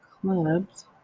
clubs